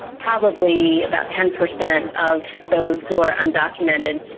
probably about ten percent of those who are undocumented.